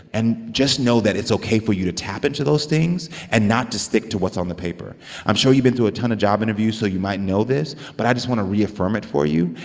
and just know that it's ok for you to tap into those things and not to stick to what's on the paper i'm sure you've been through a ton of job interviews, so you might know this. but i just want to reaffirm it for you.